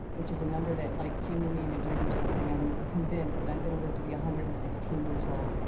which is a number that, like, came to me in a dream or something. i'm convinced that i'm gonna live to be one hundred and sixteen years old.